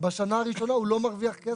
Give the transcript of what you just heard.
בשנה הראשונה הוא לא מרוויח כסף.